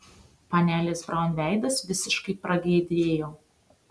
panelės braun veidas visiškai pragiedrėjo